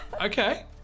Okay